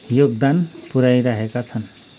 योगदान पुऱ्याइरहेका छन्